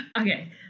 Okay